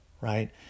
right